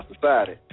society